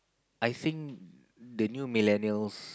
I think the new Millenials